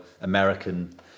American